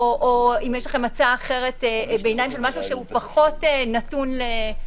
או אם יש לכם הצעת ביניים אחרת של משהו שהוא פחות נתון לשיקול